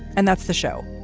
and that's the show.